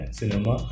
cinema